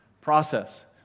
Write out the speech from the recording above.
process